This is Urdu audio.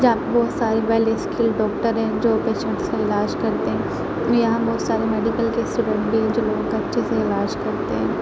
جہاں پہ بہت سارے ویلڈ اسکل ڈاکٹر ہیں جو پیشینٹس کو علاج کرتے ہیں اور یہاں بھی سارے میڈکل کے اسٹوڈنٹ بھی ہیں جو لوگوں کا اچھے سے علاج کرتے ہیں